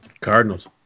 Cardinals